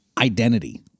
identity